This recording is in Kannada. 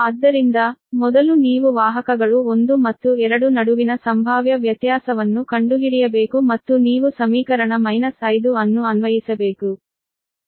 ಆದ್ದರಿಂದ ಮೊದಲು ನೀವು ವಾಹಕಗಳು 1 ಮತ್ತು 2 ನಡುವಿನ ಸಂಭಾವ್ಯ ವ್ಯತ್ಯಾಸವನ್ನು ಕಂಡುಹಿಡಿಯಬೇಕು ಮತ್ತು ನೀವು ಸಮೀಕರಣ 5 ಅನ್ನು ಅನ್ವಯಿಸಬೇಕು